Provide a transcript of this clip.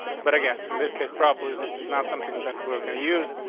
but again, in this case, probably this is not something that we were going to use,